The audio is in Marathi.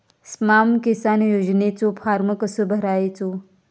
स्माम किसान योजनेचो फॉर्म कसो भरायचो?